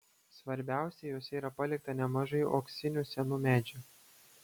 svarbiausia juose yra palikta nemažai uoksinių senų medžių